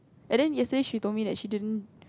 and then yesterday she told me that she didn't